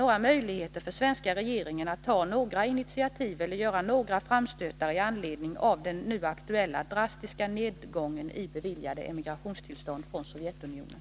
några möjligheter för den svenska regeringen att ta några initiativ eller göra några framstötar med anledning av den nu aktuella drastiska nedgången i antalet beviljade ansökningar om tillstånd till emigration från Sovjetunionen?